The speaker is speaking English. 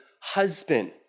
husband